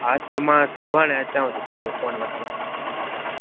हा त मां सुभाणे अचांव थो इहो फोन वठणु